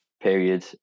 period